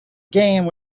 game